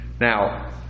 now